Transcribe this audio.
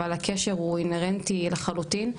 אבל הקשר הוא האינהרנטי לחלוטין,